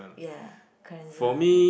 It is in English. ya cleanser